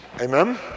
Amen